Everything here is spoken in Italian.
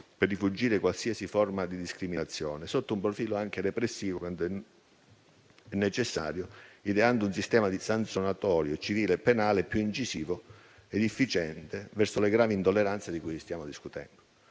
per rifuggire qualsiasi forma di discriminazione, e anche sotto un profilo repressivo, quando è necessario, ideando un sistema sanzionatorio, civile e penale, più incisivo ed efficiente verso le gravi intolleranze di cui stiamo discutendo.